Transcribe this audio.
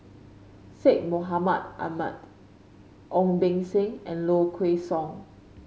Syed Mohamed Ahmed Ong Beng Seng and Low Kway Song